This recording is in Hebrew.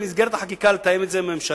במסגרת החקיקה אני מוכן לתאם את זה עם הממשלה,